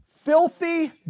filthy